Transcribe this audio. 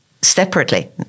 separately